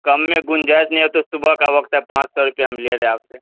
کم میں گنجائش نہیں ہے تو صبح کا وقت ہے پانچ سو روپیہ ہم لے رہے آپ سے